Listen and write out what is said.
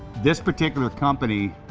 this particular company.